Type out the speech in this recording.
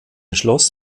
schloss